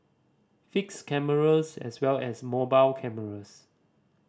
fixed cameras as well as mobile cameras